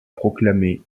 proclamé